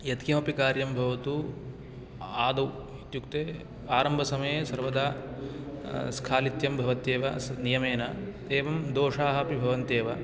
यत्किमपि कार्यं भवतु आदौ इत्युक्ते आरम्भसमये सर्वदा स्खालित्यं भवत्येव नियमेन एवं दोषाः अपि भवन्ति एव